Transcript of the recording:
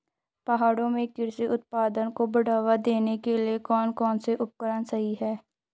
पहाड़ों में कृषि उत्पादन को बढ़ावा देने के लिए कौन कौन से उपकरण सही हैं?